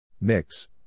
Mix